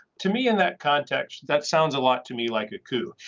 to me in that context that sounds a lot to me like a coup.